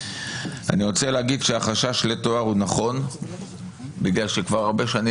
אני רוצה להגיד שהחשש לטוהר הוא נכון בגלל שכבר הרבה שנים